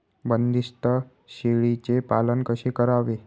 बंदिस्त शेळीचे पालन कसे करावे?